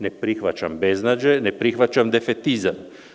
Ne prihvaćam beznađe, ne prihvaćam defetizam.